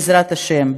בעזרת השם,